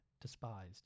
Despised